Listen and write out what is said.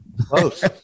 Close